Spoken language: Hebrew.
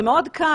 זה מאוד קל,